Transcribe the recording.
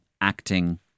acting